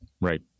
Right